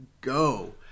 Go